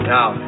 Now